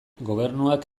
gobernuak